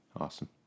Awesome